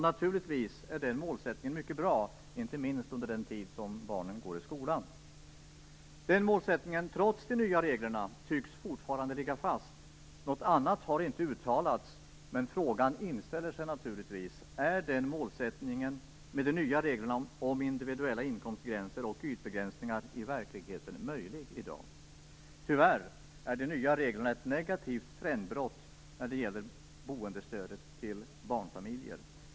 Naturligtvis är den målsättningen mycket bra, inte minst under den tid när barnen går i skolan. Den målsättningen tycks, trots de nya reglerna, fortfarande ligga fast. Något annat har inte uttalats, men följande fråga inställer sig naturligtvis: Är den målsättningen med de nya reglerna om individuella inkomstgränser och ytbegränsningar i verkligheten möjlig i dag? Tyvärr innebär de nya reglerna ett negativt trendbrott när det gäller boendestödet till barnfamiljer.